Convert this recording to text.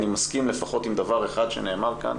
אני מסכים לפחות עם דבר אחד שנאמר כאן,